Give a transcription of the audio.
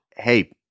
hey